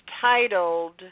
titled